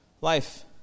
Life